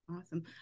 Awesome